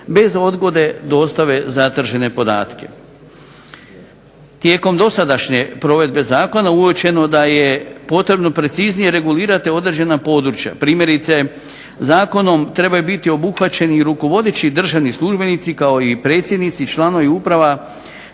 bez odgode dostave zatražene podatke. Tijekom dosadašnje provedbe zakona uočeno je da je potrebno preciznije regulirati određena područja, primjerice zakonom trebaju biti obuhvaćeni rukovodeći državni službenici kao i predsjednici i članovi uprava